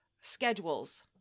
schedules